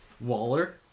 Waller